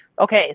Okay